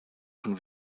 von